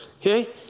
Okay